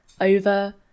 over